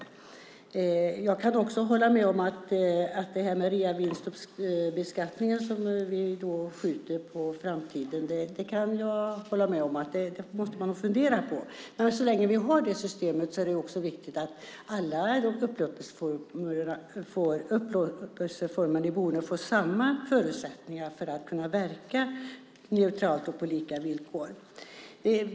Jag kan hålla med om att reavinstbeskattningen som vi skjuter på framtiden är något som man måste fundera på. Men så länge vi har det systemet är det viktigt att alla upplåtelseformer får samma förutsättningar för att kunna verka neutralt och på lika villkor.